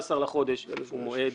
15 לחודש, הוא מועד